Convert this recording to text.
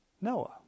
Noah